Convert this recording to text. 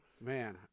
Man